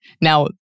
Now